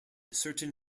certain